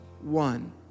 one